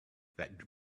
that